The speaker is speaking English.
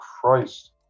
Christ